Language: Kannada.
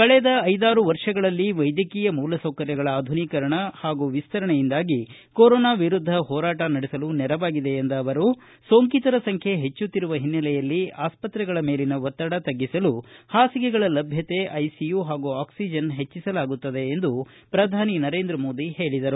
ಕಳೆದ ಐದಾರು ವರ್ಷಗಳಲ್ಲಿ ವೈದ್ಯಕೀಯ ಮೂಲಸೌಕರ್ಯಗಳ ಆಧುನೀಕರಣ ಹಾಗೂ ವಿಸ್ತರಣೆಯಿಂದಾಗಿ ಕೊರೋನಾ ವಿರುದ್ದ ಹೋರಾಟ ನಡೆಸಲು ನೆರವಾಗಿದೆ ಎಂದ ಅವರು ಸೋಂಕಿತರ ಸಂಖ್ಯೆ ಹೆಚ್ಚುತ್ತಿರುವ ಹಿನ್ನೆಲೆಯಲ್ಲಿ ಆಸ್ತ್ರೆಗಳ ಮೇಲಿನ ಒತ್ತಡ ತಗ್ಗಿಸಲು ಹಾಸಿಗೆಗಳ ಲಭ್ಯತೆ ಐಸಿಯು ಹಾಗೂ ಆಕ್ಲಿಜನ್ ಹೆಜ್ಜಿಸಲಾಗುತ್ತಿದೆ ಎಂದು ಪ್ರಧಾನಿ ನರೇಂದ್ರ ಮೋದಿ ಹೇಳಿದರು